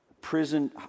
prison